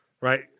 right